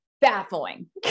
baffling